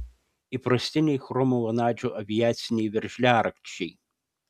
įprastiniai chromo vanadžio aviaciniai veržliarakčiai